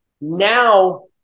Now